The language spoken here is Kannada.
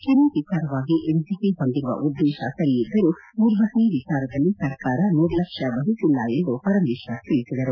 ಕೆರೆ ವಿಚಾರವಾಗಿ ಎನ್ಜಿಟಿ ಹೊಂದಿರುವ ಉದ್ದೇತ ಸರಿ ಇದ್ದರೂ ನಿರ್ವಹಣೆ ವಿಚಾರದಲ್ಲಿ ಸರ್ಕಾರ ನಿರ್ಲಕ್ಷ್ಯ ವಹಿಸಿಲ್ಲ ಎಂದು ಪರಮೇಶ್ವರ್ ತಿಳಿಸಿದರು